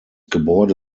gebäude